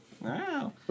wow